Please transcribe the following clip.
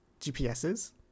GPSs